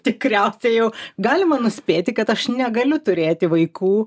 tikriausiai jau galima nuspėti kad aš negaliu turėti vaikų